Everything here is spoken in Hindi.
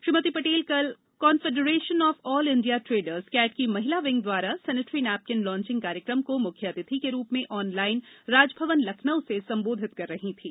श्रीमती पटेल कल confederation of all India traders CAT की महिला विंग द्वारा सेनेटरी नेपकिन लांचिग कार्यक्रम को मुख्य अतिथि के रूप में ऑन लाइन राजभवन लखनऊ से संबोधित कर रहीं थीं